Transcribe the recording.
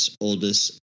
oldest